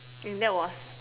and that was